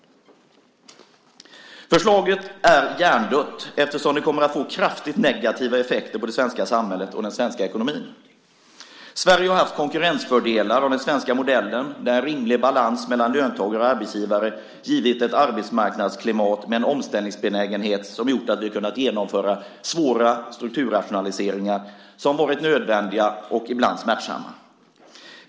Förslaget är hjärndött eftersom det kommer att få kraftigt negativa effekter på det svenska samhället och den svenska ekonomin. Sverige har haft konkurrensfördelar av den svenska modellen där rimlig balans mellan löntagare och arbetsgivare givit ett arbetsmarknadsklimat med en omställningsbenägenhet som gjort att vi kunnat genomföra svåra strukturrationaliseringar som varit nödvändiga och ibland smärtsamma.